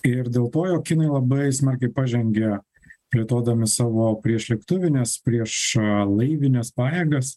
ir dėl to jog kinai labai smarkiai pažengė plėtodami savo priešlėktuvines priešlaivines pajėgas